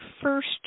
first